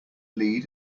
lead